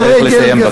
צריך לסיים.